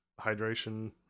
hydration